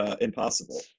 impossible